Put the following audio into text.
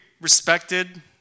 respected